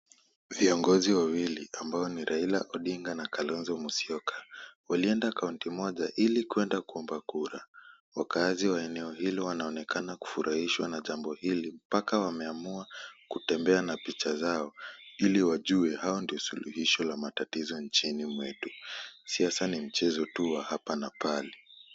Viongozi wawili ambao ni Raila Odinga na Kalonzo Musyoka, walienda kaunti moja ili kuenda kuomba kura. Wakaazi wa eneo hilo wanaonekana kufurahishwa na jambo hili mpaka wameamua kutembea na picha zao, ili wajue hao ndio suluhisho la matatizo nchini mwetu. Siasa ni mchezo tu wa hapa na pale.